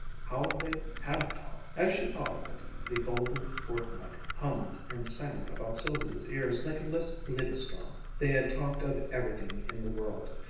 how they had talked! as she thought of it the golden fortnight hummed and sang about sylvia's ears like a liszt liebes-traum. they had talked of everything in the world,